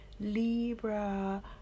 Libra